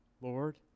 Lord